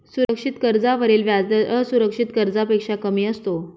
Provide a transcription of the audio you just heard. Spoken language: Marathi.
सुरक्षित कर्जावरील व्याजदर असुरक्षित कर्जापेक्षा कमी असतो